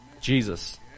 Jesus